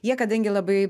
jie kadangi labai